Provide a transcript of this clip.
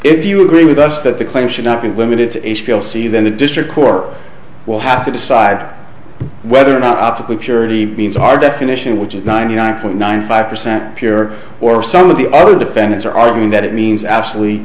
if you agree with us that the claim should not be limited to a scale c then the district corps will have to decide whether or not optically purity means our definition which is ninety nine point nine five percent pure or some of the other defendants are arguing that it means absolutely